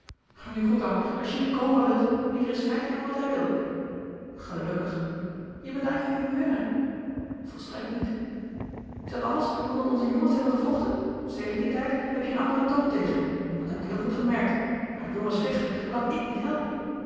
nu goed dan als je niet komen wilt ieder is vrij te doen wat hij wil gelukkig je bent uit je humeur hè louis couperus de boeken der kleine zielen volstrekt niet is dat alles omdat onze jongens hebben gevochten sedert dien tijd heb je een anderen toon tegen me dat heb ik heel goed gemerkt maar dat jongens vechten kan i k niet helpen